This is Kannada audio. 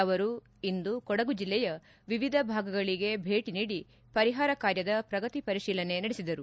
ಅವರು ಇಂದು ಕೊಡಗು ಜಿಲ್ಲೆಯ ವಿವಿಧ ಭಾಗಗಳಿಗೆ ಭೇಟಿ ನೀಡಿ ಪರಿಹಾರ ಕಾರ್ಯದ ಶ್ರಗತಿ ಪರಿತೀಲನೆ ನಡೆಸಿದರು